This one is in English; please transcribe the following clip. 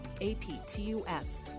A-P-T-U-S